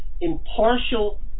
impartial